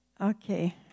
okay